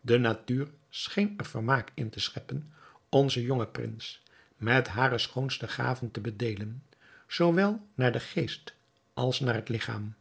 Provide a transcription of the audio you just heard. de natuur scheen er vermaak in te scheppen onzen jongen prins met hare schoonste gaven te bedeelen zoowel naar den geest als naar het ligchaam